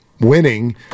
winning